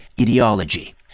ideology